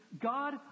God